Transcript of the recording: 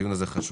הדיון הזה חשוב.